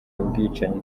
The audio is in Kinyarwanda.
ubwicanyi